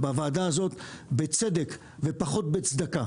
בוועדה הזאת בצדק ופחות בצדקה,